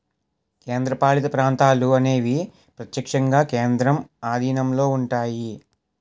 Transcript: కేంద్రపాలిత ప్రాంతాలు అనేవి ప్రత్యక్షంగా కేంద్రం ఆధీనంలో ఉంటాయి